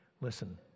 Listen